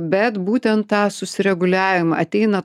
bet būtent tą susireguliavimą ateina